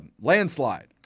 landslide